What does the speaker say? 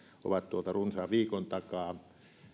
ovat tuolta runsaan viikon takaa